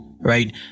right